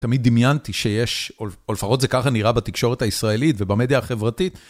תמיד דמיינתי שיש, או לפחות זה ככה נראה בתקשורת הישראלית ובמדיה החברתית.